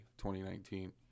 2019